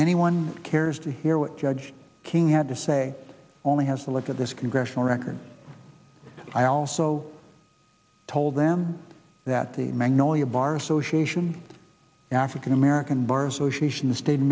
anyone cares to hear what judge king had to say only has to look at this congressional record i also told them that the magnolia bar association african american bar association the state of